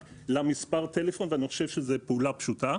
למספר טלפון ואני חושב שזאת פעולה פשוטה.